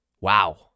Wow